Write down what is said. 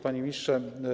Panie Ministrze!